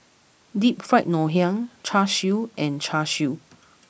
Deep Fried Ngoh Hiang Char Siu and Char Siu